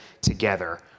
together